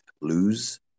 lose